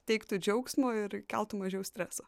teiktų džiaugsmo ir keltų mažiau streso